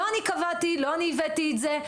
לא אני קבעתי, לא אני הבאתי את זה.